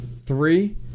three